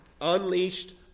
unleashed